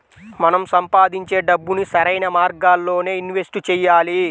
మనం సంపాదించే డబ్బుని సరైన మార్గాల్లోనే ఇన్వెస్ట్ చెయ్యాలి